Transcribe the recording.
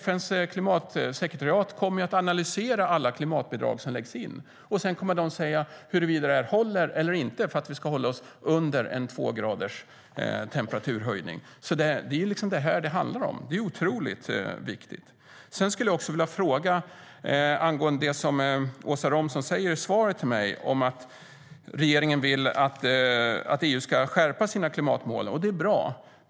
FN:s klimatsekretariat kommer att analysera alla klimatbidrag som lämnas in och sedan säga huruvida de håller eller inte för att vi ska kunna hålla oss under en temperaturhöjning på 2 grader. Detta är vad det handlar om, och det är otroligt viktigt. Det som Åsa Romson sa i svaret till mig, att regeringen vill att EU ska skärpa sina klimatmål, är bra.